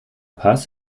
paz